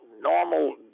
normal